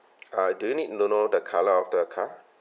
uh do you need to know the colour of the car